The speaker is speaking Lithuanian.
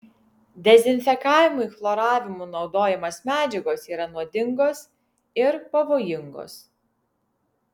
dezinfekavimui chloravimu naudojamos medžiagos yra nuodingos ir pavojingos